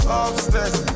upstairs